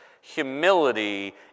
Humility